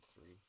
three